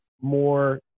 more